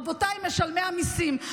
רבותיי משלמי המיסים.